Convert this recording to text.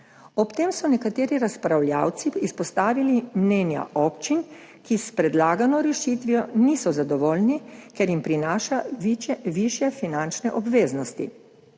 Ob tem so nekateri razpravljavci izpostavili mnenja občin, ki s predlagano rešitvijo niso zadovoljni, ker jim prinaša višje finančne obveznosti.